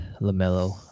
LaMelo